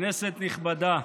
כנסת נכבדה,